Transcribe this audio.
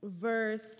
verse